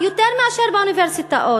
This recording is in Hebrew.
יותר מאשר באוניברסיטאות,